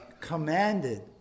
commanded